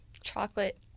chocolate